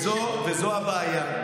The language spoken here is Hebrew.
וזו הבעיה.